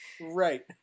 Right